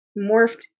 morphed